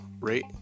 rate